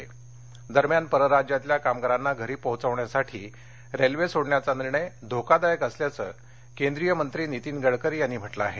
गडकरी दरम्यान परराज्यातल्या कामगारांना घरी पोहोचवण्यासाठी रेल्वे सोडण्याचा निर्णय धोकादायक असल्याचं केंद्रीय मंत्री नितीन गडकरी यांनी म्हटलं आहे